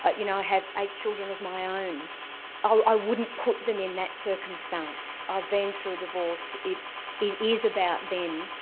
but you know i have eight children of my own i wouldn't put them in that circumstance. i've been through a divorce, it it is about them.